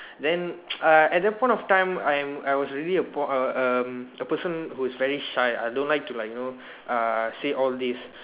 then uh I at that point of time I am I was already a boy a a person who is very shy I don't like you know uh say all these